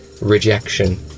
rejection